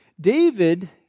David